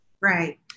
Right